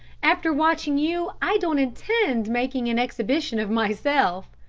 after watching you i don't intend making an exhibition of myself.